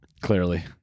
Clearly